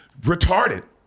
retarded